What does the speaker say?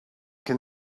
can